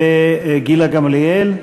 וגילה גמליאל,